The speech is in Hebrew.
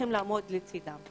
וצריכים לעמוד לצדם.